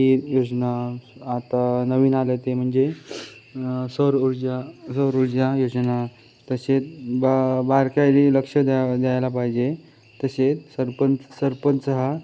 bin योजना आता नवीन आलं आहे ते म्हणजे सौर ऊर्जा सौर ऊर्जा योजना तसे बा बारकाईनी लक्ष द्या द्यायला पाहिजे तसे सरपंच सरपंच हा